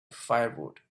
firewood